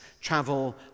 Travel